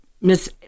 Miss